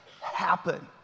happen